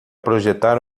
projetar